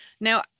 Now